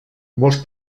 molts